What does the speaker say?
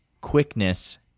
quickness